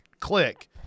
click